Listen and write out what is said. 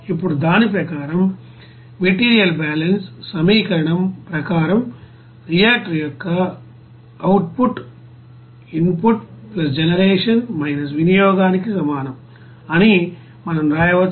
ఇప్పుడు దాని ప్రకారం మెటీరియల్ బ్యాలెన్స్ సమీకరణం ప్రకారం రియాక్టర్ యొక్క output input generation వినియోగానికి సమానం అని మనం రాయవచ్చు